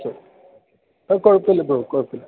ശരി അത് കുഴപ്പം ഇല്ല ബ്രോ കുഴപ്പം ഇല്ല